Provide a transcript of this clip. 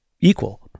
equal